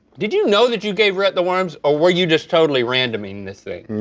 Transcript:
did you know that you gave rhett the worms, or were you just totally randoming this thing?